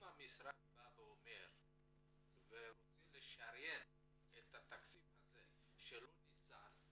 אם המשרד בא ואומר ורוצה לשריין את התקציב שלא נוצל,